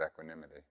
equanimity